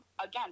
again